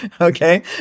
okay